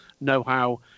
know-how